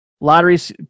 lotteries